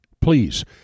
Please